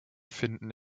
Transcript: finden